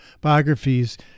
biographies